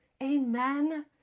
Amen